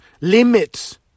Limits